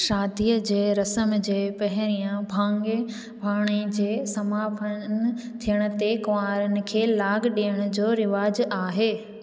शादीअ जे रस्म जे पहिरियों भाङे जे समापनु थियण ते कुंआरि खे लाॻु ॾियण जो रिवाज़ आहे